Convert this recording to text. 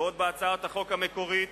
בעוד בהצעת החוק המקורית